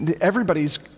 everybody's